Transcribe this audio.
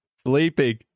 Sleeping